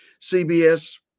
CBS